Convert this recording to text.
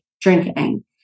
drinking